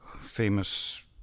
famous